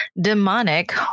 demonic